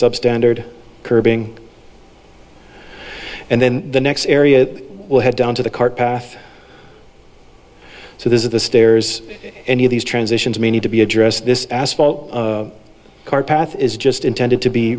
substandard curbing and then the next area it will head down to the cart path so this is the stairs any of these transitions may need to be addressed this asphalt cart path is just intended to be